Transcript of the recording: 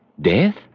Death